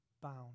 bound